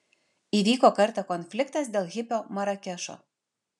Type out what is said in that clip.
įvyko kartą konfliktas dėl hipio marakešo